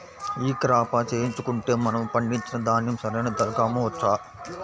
ఈ క్రాప చేయించుకుంటే మనము పండించిన ధాన్యం సరైన ధరకు అమ్మవచ్చా?